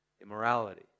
immorality